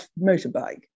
motorbike